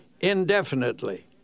indefinitely